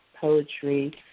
poetry